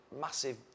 massive